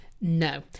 No